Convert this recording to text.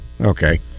Okay